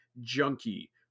junkie